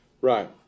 Right